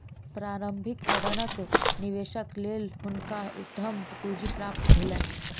प्रारंभिक चरणक निवेशक लेल हुनका उद्यम पूंजी प्राप्त भेलैन